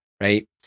right